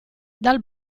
dal